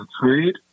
trade